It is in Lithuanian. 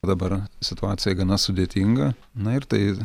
dabar situacija gana sudėtinga na ir tai